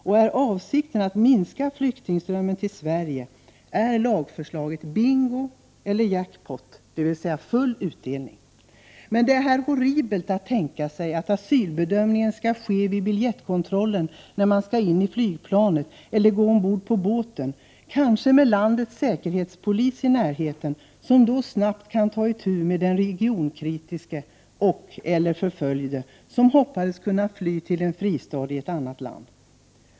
Och om avsikten är att minska flyktingströmmen till Sverige är lagförslaget bingo och jack pot, dvs. full utdelning. Men det är horribelt att tänka sig att asylbedömningen skall ske vid biljettkontrollen eller när någon skall gå in i flygplanet eller gå ombord på båten, kanske med landets säkerhetspolis i närheten, som då snabbt kan ta itu med den regimkritiske och/eller förföljde, som hoppades kunna fly till en fristad i ett annat land.